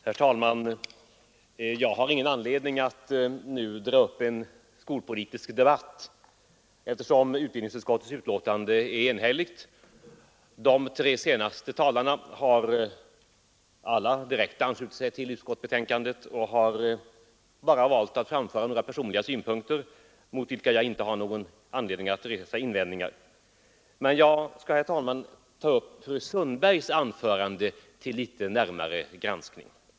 Herr talman! Jag har ingen anledning att nu dra upp en skolpolitisk debatt, eftersom utbildningsutskottets betänkande är enhälligt. De tre senaste talarna har alla direkt anslutit sig till utskottsbetänkandet och bara framfört vissa personliga synpunkter, mot vilka jag inte har några invändningar att resa. Men jag skall, herr talman, ta upp fru Sundbergs anförande till litet närmare granskning.